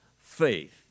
faith